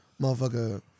motherfucker